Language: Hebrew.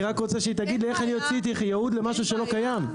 אני רק רוצה שהיא תגיד לי איך אני אוציא ייעוד למשהו שלא קיים.